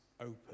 open